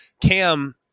Cam